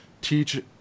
teach